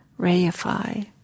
reify